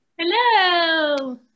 Hello